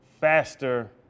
faster